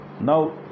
now